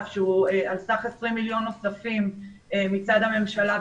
שהוא על סך 20 מיליון שקלים נוספים מצד הממשלה,